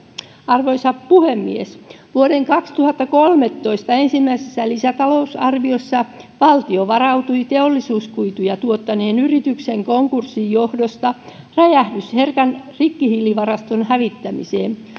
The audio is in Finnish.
arvoisa puhemies vuoden kaksituhattakolmetoista ensimmäisessä lisätalousarviossa valtio varautui teollisuuskuituja tuottaneen yrityksen konkurssin johdosta räjähdysherkän rikkihiilivaraston hävittämiseen